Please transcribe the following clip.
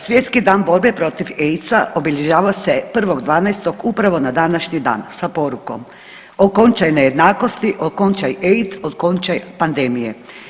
Svjetski dan borbe proti AIDS-a obilježava se 1.12. upravo na današnji dan sa porukom okončaj nejednakosti, okončaj AIDS, okončaj pandemije.